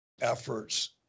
efforts